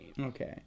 Okay